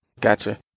Gotcha